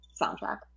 soundtrack